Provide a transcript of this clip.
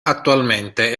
attualmente